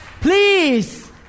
Please